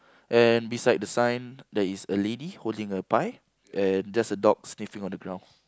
and beside the sign there is a lady holding a pie and just a dog sniffing on the ground